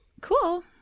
Cool